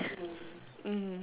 mm